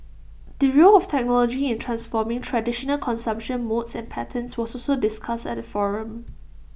the role of technology in transforming traditional consumption modes and patterns was also discussed at the forum